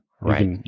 Right